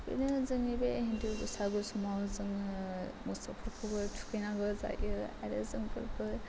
बिदिनो जोंनि बे हिन्दु बैसागु समाव जोङो मोसौफोरखौबो थुखैनांगौ जायो आरो जोंफोरबो